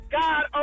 God